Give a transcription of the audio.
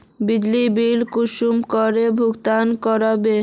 बिजली बिल कुंसम करे भुगतान कर बो?